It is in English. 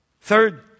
Third